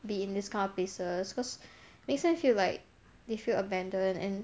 be in these kind of places cause makes them feel like they feel abandoned and